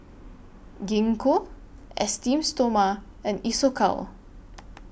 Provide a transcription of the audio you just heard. Gingko Esteem Stoma and Isocal